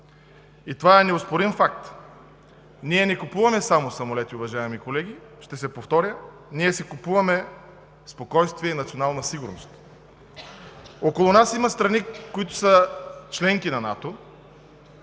Това е неоспорим факт. Ние не купуваме само самолети, уважаеми колеги, ще се повторя, ние си купуваме спокойствие и национална сигурност. Около нас има страни, които са членки на НАТО,